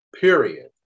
period